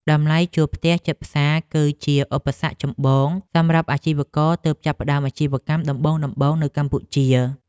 តម្លៃជួលផ្ទះជិតផ្សារគឺជាឧបសគ្គចម្បងសម្រាប់អាជីវករទើបចាប់ផ្តើមអាជីវកម្មដំបូងៗនៅកម្ពុជា។